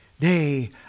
Nay